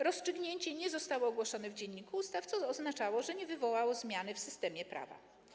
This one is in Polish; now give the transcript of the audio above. Rozstrzygnięcie nie zostało ogłoszone w Dzienniku Ustaw, co oznaczało, że nie wywołało zmiany w systemie prawa.